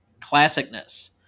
Classicness